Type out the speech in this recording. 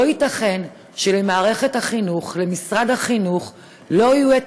לא ייתכן שלמערכת החינוך ולמשרד החינוך לא יהיו את